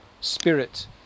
spirit